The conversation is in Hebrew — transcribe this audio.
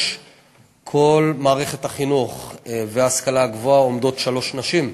כל מערכת החינוך וההשכלה הגבוהה עומדות שלוש נשים: